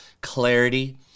clarity